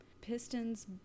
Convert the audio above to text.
Pistons